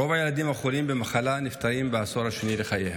רוב הילדים החולים במחלה נפטרים בעשור השני לחייהם.